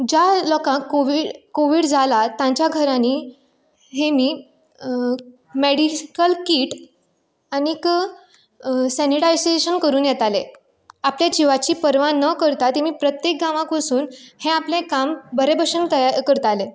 ज्या लोकांक covid covid जालां तेंच्या घरांनी हेमी मेडिकल कीट आनीक सेनिटायजेशन करून येताले आपल्या जिवाची पर्वा न करता तेमी प्रत्येक गांवाक वचून हें आपलें काम बऱ्या भशेन ते करताले